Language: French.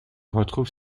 retrouve